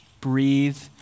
breathe